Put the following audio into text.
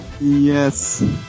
Yes